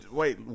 wait